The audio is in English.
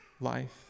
life